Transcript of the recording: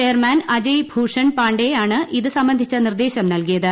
chairman Ajay Bhushan Pandey ആണ് ഇത് സംബന്ധിച്ച നിർദ്ദേശം നൽകിയത്